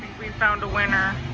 we found a winner